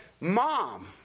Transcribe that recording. Mom